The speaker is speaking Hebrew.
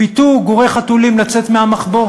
פיתו גורי חתולים לצאת מהמחבוא